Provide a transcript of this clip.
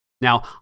Now